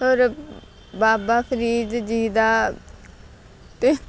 ਔਰ ਬਾਬਾ ਫਰੀਦ ਜੀ ਦਾ ਅਤੇ